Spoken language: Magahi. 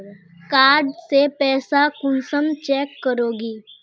कार्ड से पैसा कुंसम चेक करोगी?